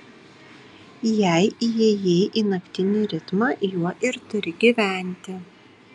jei įėjai į naktinį ritmą juo ir turi gyventi